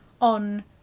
on